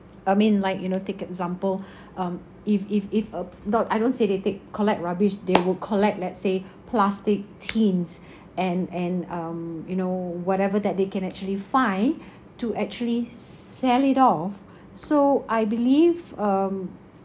I mean like you know take example um if if if uh nope I don't say they take collect rubbish they would collect let's say plastic tins and and um you know whatever that they can actually find to actually sell it off so I believe um